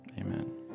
Amen